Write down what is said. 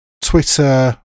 Twitter